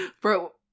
Bro